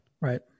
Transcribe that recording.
Right